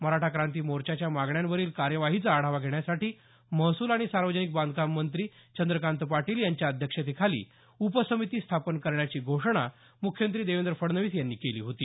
मराठा क्रांती मोर्चाच्या मागण्यांवरील कार्यवाहीचा आढावा घेण्यासाठी महसूल आणि सार्वजनिक बांधकाम मंत्री चंद्रकांत पाटील यांच्या अध्यक्षतेखाली उपसमिती स्थापन करण्याची घोषणा मुख्यमंत्री देवेंद्र फडणवीस यांनी केली होती